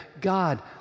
God